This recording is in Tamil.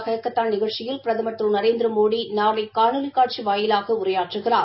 ஹக்கத்தான் நிகழ்ச்சியில் பிரதமா் திரு நரேந்திரமோடி நாளை காணொலி காட்சி வாயிலாக உரையாற்றகிறார்